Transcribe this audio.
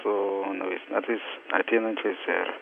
su naujais metais ateinančiais ir